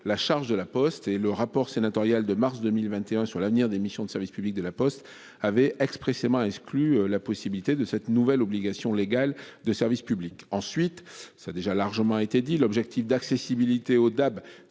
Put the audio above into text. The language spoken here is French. la charge de la Poste et le rapport sénatorial de mars 2021 sur l'avenir des missions de service public de La Poste avait expressément exclu la possibilité de cette nouvelle obligation légale de service public. Ensuite, ça a déjà largement été dit l'objectif d'accessibilité Audab.